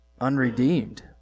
unredeemed